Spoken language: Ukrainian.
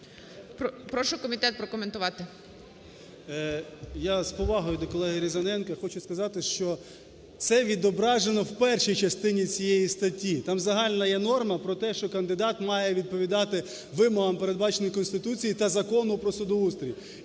Я з повагою до колегиРізаненка хочу сказати, що це відображено в першій частині цієї статті. Там загальна є норма про те, що кандидат має відповідати вимогам, передбаченим Конституцією та Закону про судоустрій.